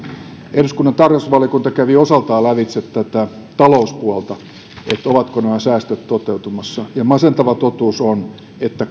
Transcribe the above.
eduskunnan tarkastusvaliokunta kävi osaltaan lävitse tätä talouspuolta että ovatko nämä säästöt toteutumassa ja masentava totuus on että